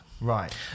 Right